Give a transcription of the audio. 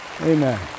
Amen